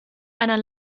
einer